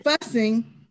fussing